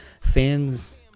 fans